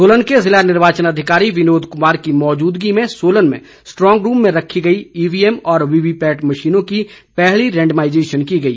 सोलन के जिला निर्वाचन अधिकारी विनोद कुमार की मौजूदगी में सोलन में स्ट्रांग रूम में रखी गई ईवीएम और वीवीपैट मशीनों की पहली रेंडमाईजेशन की गई